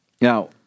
Now